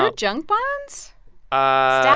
um junk bonds ah